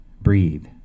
breathe